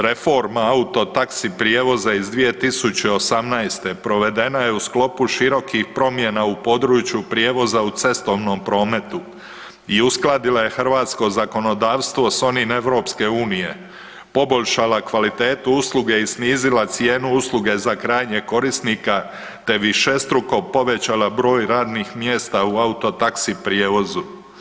Reforma auto taksi prijevoza iz 2018. provedena je u sklopu širokih promjena u području prijevoza u cestovnom prometu i uskladila je hrvatsko zakonodavstvo sa onim EU, poboljšala kvalitetu usluge i snizila cijenu usluge za krajnjeg korisnika, te višestruko povećala broj radnih mjesta u auto taksi prijevozu.